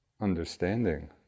understanding